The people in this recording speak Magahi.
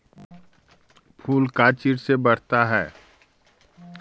फूल का चीज से बढ़ता है?